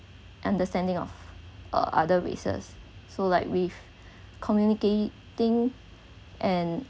understanding of uh other races so like with communicating and